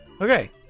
okay